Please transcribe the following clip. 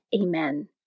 Amen